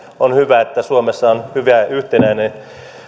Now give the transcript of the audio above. on hyvä että suomessa on yhtenäinen